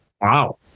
Wow